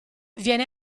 viene